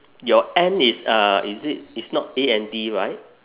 your and is uh is it it's not A N D right